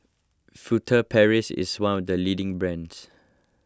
Furtere Paris is one of the leading brands